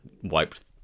wiped